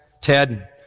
Ted